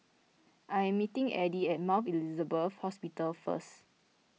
I am meeting Addie at Mount Elizabeth Hospital first